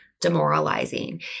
demoralizing